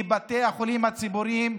כי בתי החולים הציבוריים,